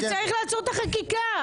שצריך לעצור את החקיקה.